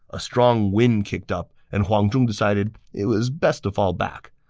a strong wind kicked up, and huang zhong decided it was best to fall back.